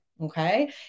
okay